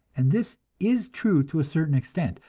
and this is true to a certain extent,